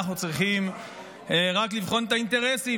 אנחנו צריכים רק לבחון את האינטרסים,